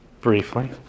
briefly